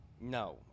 No